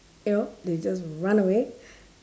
you know they just run away